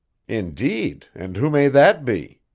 indeed, and who may that be?